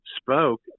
spoke